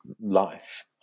life